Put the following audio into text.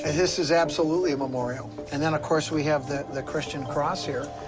and this is absolutely a memorial. and then, of course, we have the the christian cross here.